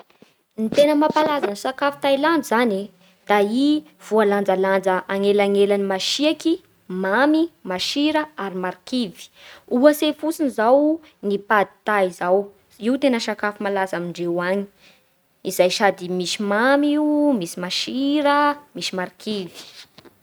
Ny tena mampalaza ny sakafo tailandy zany e da i voalanjalanja agnelagnelan'ny masiaky, mamy, masira ary marikivy. Ohatsy fotsiny izao ny pad thai izao. Io tena sakafo malaza amindreo agny izay sady misy mamy io, misy masira, misy marikivy.